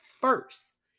first